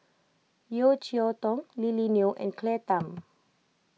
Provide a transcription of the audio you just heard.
Yeo Cheow Tong Lily Neo and Claire Tham